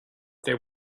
there